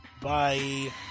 bye